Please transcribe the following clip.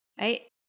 right